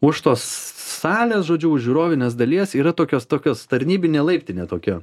už tos salės žodžiu už žiūrovinės dalies yra tokios tokios tarnybinė laiptinė tokia